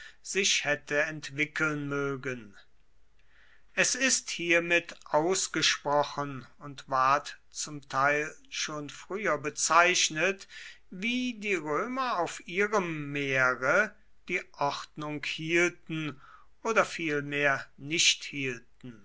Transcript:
sich hätte entwickeln mögen es ist hiermit ausgesprochen und ward zum teil schon früher bezeichnet wie die römer auf ihrem meere die ordnung hielten oder vielmehr nicht hielten